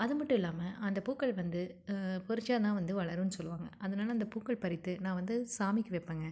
அது மட்டும் இல்லாமல் அந்தப் பூக்கள் வந்து பறிச்சா தான் வந்து வளருன்னு சொல்லுவாங்க அதனால் அந்தப் பூக்கள் பறித்து நான் வந்து சாமிக்கு வெப்பேங்க